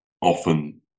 often